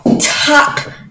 top